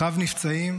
אחיו נפצעים,